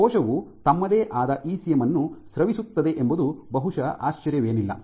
ಕೋಶವು ತಮ್ಮದೇ ಆದ ಇಸಿಎಂ ಅನ್ನು ಸ್ರವಿಸುತ್ತದೆ ಎಂಬುದು ಬಹುಶಃ ಆಶ್ಚರ್ಯವೇನಿಲ್ಲ